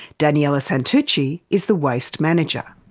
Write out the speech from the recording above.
daniela santucci is the waste manager.